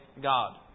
God